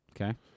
Okay